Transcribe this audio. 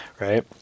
right